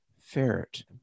ferret